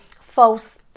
false